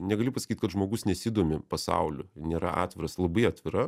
negali pasakyt kad žmogus nesidomi pasauliu nėra atviras labai atvira